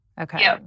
okay